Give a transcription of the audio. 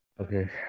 Okay